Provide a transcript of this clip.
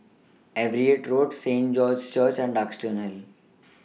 Everitt Road Saint George's Church and Duxton Hill